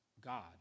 God